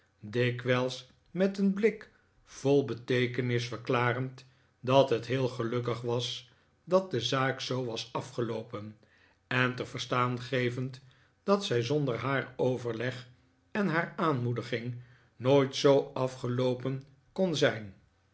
dikwijls met een blik vol beteekenis verklarend dat het heel gelukkig was dat de zaak zoo was afgeloopen en te verstaan gevend dat zij zonder haar overleg en haar aanmoediging nooit zoo afgeloopen kon zijn